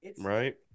right